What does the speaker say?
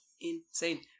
Insane